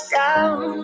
down